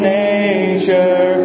nature